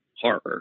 horror